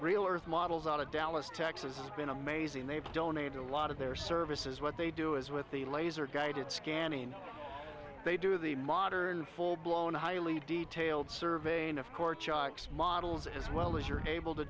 real earth models out of dallas texas has been amazing they've donated a lot of their services what they do is with the laser guided scanning they do the modern full blown highly detailed survey and of course chocks models as well as you're able to